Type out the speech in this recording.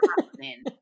happening